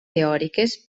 teòriques